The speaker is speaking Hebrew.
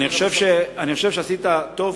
אני חושב שעשית טוב,